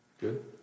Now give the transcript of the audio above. good